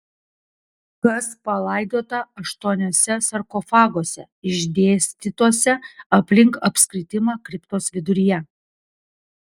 kas palaidota aštuoniuose sarkofaguose išdėstytuose aplink apskritimą kriptos viduryje